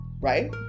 right